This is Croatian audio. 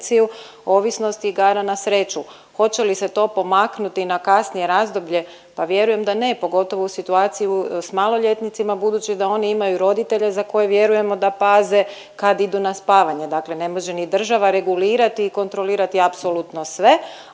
ovisnosti igara na sreću. Hoće li se to pomaknuti i na kasnije razdoblje? Pa vjerujem da ne, pogotovo u situaciji s maloljetnicima budući da oni imaju roditelje za koje vjerujemo da paze kad idu na spavanje, dakle ne može ni država regulirati i kontrolirati apsolutno sve,